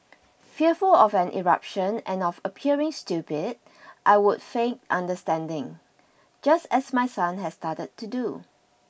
fearful of an eruption and of appearing stupid I would feign understanding just as my son has started to do